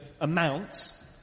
amounts